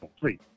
Please